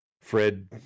Fred